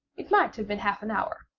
it might have been half an hour,